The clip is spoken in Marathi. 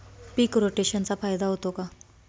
पीक रोटेशनचा फायदा होतो का?